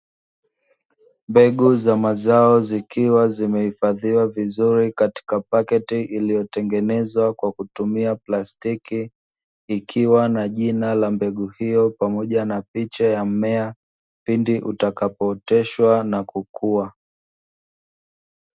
Mbegu za mazao zikiwa zimehifadhiwa vizuri katika paketi iliyo tengenezwa kwa kutimia pastiki, ikiwa na jina la mbegu hiyo pamoja na picha ya mmea pindi utakapooteshwa na kukua.